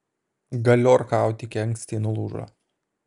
galiorka autike anksti nulūžo